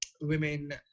women